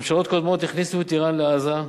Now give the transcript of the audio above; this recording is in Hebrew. ממשלות קודמות הכניסו את אירן לעזה,